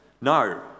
No